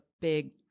big